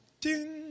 ding